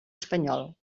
espanyol